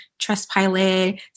Trustpilot